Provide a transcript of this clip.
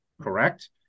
correct